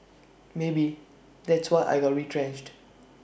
maybe that's why I got retrenched